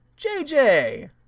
JJ